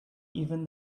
even